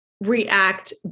react